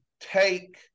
take